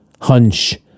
Hunch